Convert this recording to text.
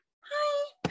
hi